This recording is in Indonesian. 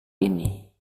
ini